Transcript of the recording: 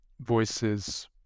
voices